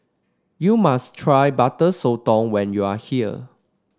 you must try Butter Sotong when you are here